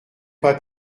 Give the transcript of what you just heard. pas